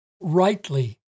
rightly